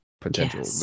potential